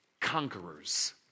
conquerors